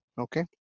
Okay